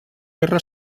guerra